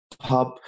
hub